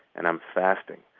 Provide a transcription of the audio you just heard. and i'm fasting,